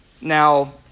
Now